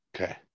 Okay